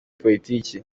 politiki